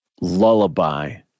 lullaby